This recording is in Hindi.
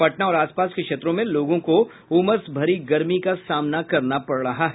पटना और आस पास के क्षेत्रों में लोगों को उमस भरी गर्मी का सामना करना पड़ रहा है